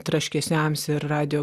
traškesiams ir radijo